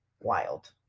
wild